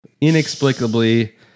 Inexplicably